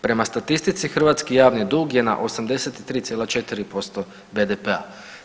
Prema statistici hrvatski javni dug je na 83,4% BDP-a.